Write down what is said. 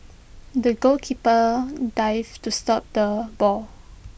the goalkeeper dived to stop the ball